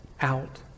out